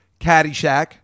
Caddyshack